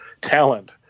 talent